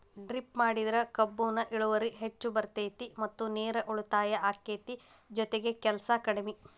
drip ಮಾಡಿದ್ರ ಕಬ್ಬುನ ಇಳುವರಿ ಹೆಚ್ಚ ಬರ್ತೈತಿ ಮತ್ತ ನೇರು ಉಳಿತಾಯ ಅಕೈತಿ ಜೊತಿಗೆ ಕೆಲ್ಸು ಕಡ್ಮಿ